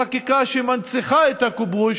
חקיקה שמנציחה את הכיבוש,